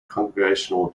congregational